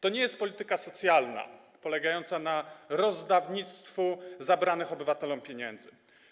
To nie jest polityka socjalna polegająca na rozdawnictwie zabranych obywatelom pieniędzy.